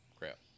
Crap